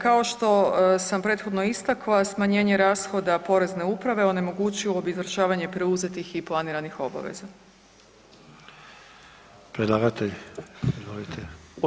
Kao što sam prethodno istakla, smanjenje rashoda porezne uprave onemogućilo bi izvršavanje preuzetih i planiranih obaveza.